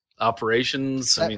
Operations